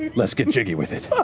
let's get jiggy with it.